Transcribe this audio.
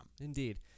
Indeed